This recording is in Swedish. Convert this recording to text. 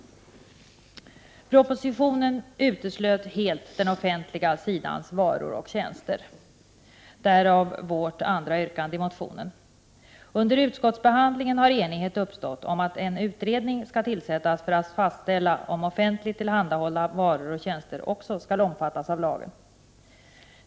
I propositionen uteslöt man helt den offentliga sidans varor och tjänster — därav vårt andra yrkande i motionen. Under utskottsbehandlingen har enighet uppstått om att en utredning skall tillsättas för att fastställa om offentligt tillhandahållna varor och tjänster också skall omfattas av lagen.